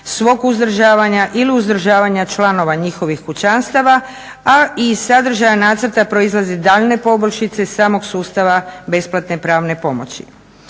svog uzdržavanja ili uzdržavanja članova njihovih kućanstava, a iz sadržaja nacrta proizlaze daljnje poboljšice samog sustava besplatne pravne pomoći.